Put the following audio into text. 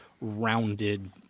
rounded